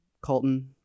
Colton